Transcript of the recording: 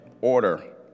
order